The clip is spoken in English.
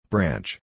Branch